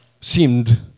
seemed